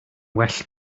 well